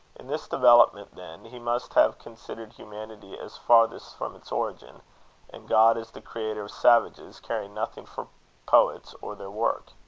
in this development, then, he must have considered humanity as farthest from its origin and god as the creator of savages, caring nothing for poets or their work.